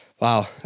Wow